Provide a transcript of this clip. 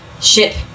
ship